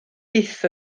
byth